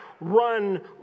run